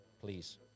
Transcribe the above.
please